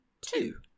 Two